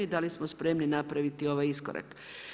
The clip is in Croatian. Da li smo spremni napraviti ovaj iskorak?